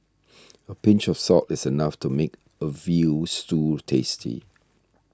a pinch of salt is enough to make a Veal Stew tasty